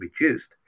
reduced